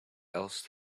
else